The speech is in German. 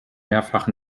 mehrfach